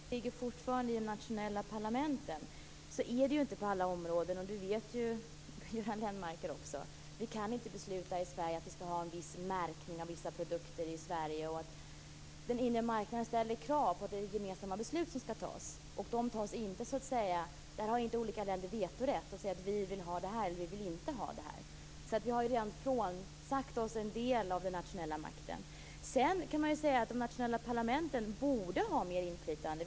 Fru talman! Beslutsmakten ligger fortfarande i de nationella parlamenten, sägs det. Så är det ju inte på alla områden, och det vet ju Göran Lennmarker också. Vi kan inte besluta i Sverige att vi skall ha en viss märkning av vissa produkter i Sverige. Den inre marknaden ställer krav på de gemensamma beslut som skall fattas, och olika länder har inte vetorätt, alltså rätten att säga: Vi vill ha det här, eller: Vi vill inte ha det här. Vi har ju alltså redan frånsagt oss en del av den nationella makten. Man kan ju säga att de nationella parlamenten borde ha mer inflytande.